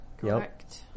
Correct